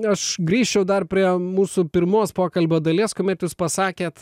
aš grįžčiau dar prie mūsų pirmos pokalbio dalies kuomet jūs pasakėt